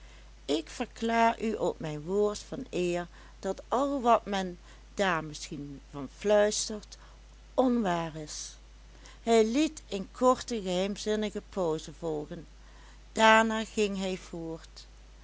ik verklaar u op mijn woord van eer dat al wat men daar misschien van fluistert onwaar is hij liet een korte geheimzinnige pauze volgen daarna ging hij voort